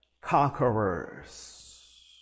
conquerors